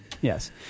Yes